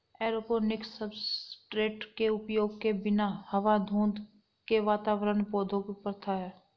aeroponics substrate के उपयोग के बिना हवा धुंध के वातावरण पौधों की प्रथा है